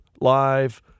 Live